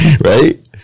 Right